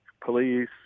police